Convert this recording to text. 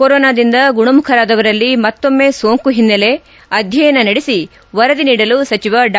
ಕೊರೋನಾದಿಂದ ಗುಣಮುಖರಾದವರಲ್ಲಿ ಮತ್ತೊಮ್ನೆ ಸೋಂಕು ಹಿನ್ನೆಲೆ ಅಧ್ಯಯನ ನಡೆಸಿ ವರದಿ ನೀಡಲು ಸಚಿವ ಡಾ